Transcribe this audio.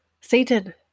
Satan